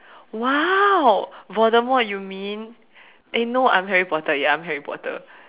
!wow! Voldemort you mean eh no I'm Harry Potter ya I'm Harry Potter